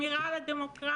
שמירה על הדמוקרטיה